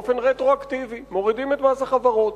באופן רטרואקטיבי מורידים את מס החברות.